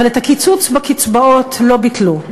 אבל את הקיצוץ בקצבאות לא ביטלו,